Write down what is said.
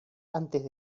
antes